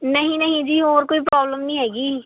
ਨਹੀਂ ਨਹੀਂ ਜੀ ਹੋਰ ਕੋਈ ਪ੍ਰੋਬਲਮ ਨਹੀਂ ਹੈਗੀ